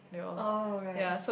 oh right